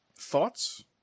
Thoughts